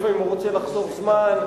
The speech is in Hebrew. לפעמים הוא רוצה לחסוך זמן.